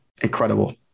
incredible